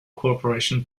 cooperation